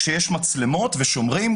כשיש מצלמות ושומרים.